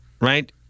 right